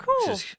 cool